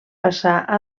passar